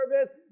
service